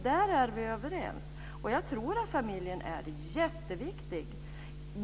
Där är vi överens. Jag tror att familjen är jätteviktig.